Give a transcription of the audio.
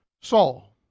Saul